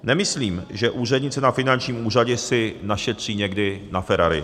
Nemyslím, že úřednice na finančním úřadě si našetří někdy na ferrari.